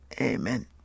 Amen